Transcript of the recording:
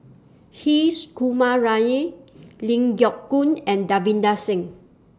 His Kumar Ling Geok Choon and Davinder Singh